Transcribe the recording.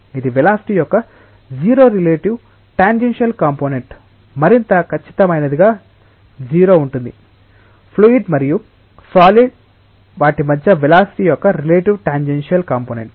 ఇది వెలాసిటి యొక్క 0 relative tangential component మరింత ఖచ్చితమైనదిగా 0 ఉంటుంది ఫ్లూయిడ్ మరియు సాలిడ్ వాటి మధ్య వెలాసిటి యొక్క రిలేటివ్ టాంజెన్షియల్ కాంపొనెంట్